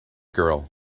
girl